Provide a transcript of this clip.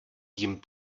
jim